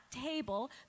table